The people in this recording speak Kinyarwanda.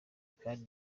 kandi